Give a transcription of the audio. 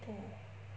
mm